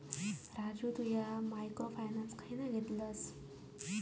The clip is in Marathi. राजू तु ह्या मायक्रो फायनान्स खयना घेतलस?